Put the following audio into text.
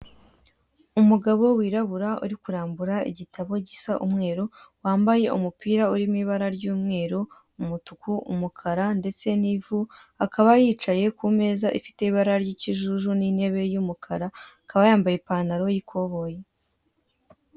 Umugabo wirabura uri kurambura igitabo gisa umweru wambaye umupira uri mu ibara ry'umweru, umutuku, umukara ndetse n'ivu, akaba yicaye ku meza ifite ibara ry'ikijuju n'intebe y'umukara akaba yambaye ipantalo y'ikoboyi.